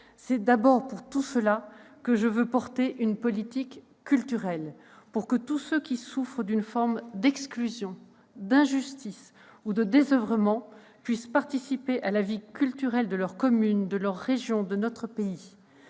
C'est d'abord pour tous ceux-là que je veux développer une politique culturelle : pour que tous ceux qui souffrent d'une forme d'exclusion, d'injustice ou de désoeuvrement puissent participer à la vie culturelle de leur commune, de leur région, de notre pays.